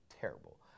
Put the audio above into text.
terrible